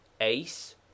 Ace